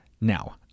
Now